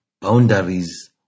boundaries